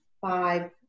five